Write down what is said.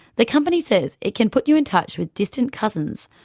the company says it can put you in touch with distant cousins,